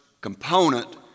component